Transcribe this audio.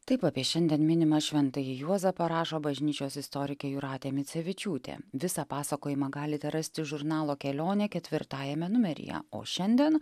taip apie šiandien minimą šventąjį juozapą rašo bažnyčios istorikė jūratė micevičiūtė visą pasakojimą galite rasti žurnalo kelionė ketvirtajame numeryje o šiandien